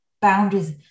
boundaries